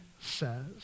says